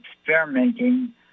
experimenting